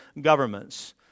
governments